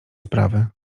sprawy